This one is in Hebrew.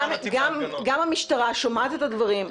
גם המשטרה שומעת את הדברים,